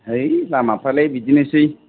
है लामाफ्रालाय बिदिनो सै